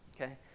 Okay